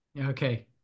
Okay